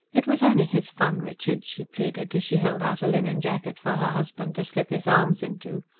it was only his fun, richard, she pleaded, as she held out a linen jacket for her husband to slip his arms into.